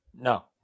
No